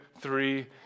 three